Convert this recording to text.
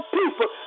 people